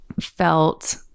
felt